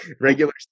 regular